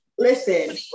Listen